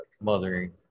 mothering